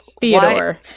Theodore